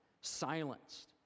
silenced